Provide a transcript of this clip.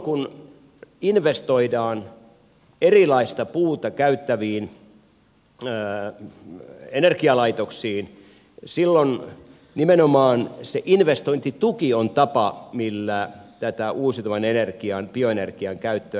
kun investoidaan erilaista puuta käyttäviin energialaitoksiin silloin nimenomaan se investointituki on tapa millä tätä uusiutuvan energian bioenergian käyttöä ensisijaisesti tuetaan